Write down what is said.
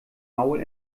maul